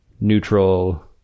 neutral